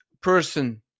person